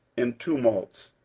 in tumults,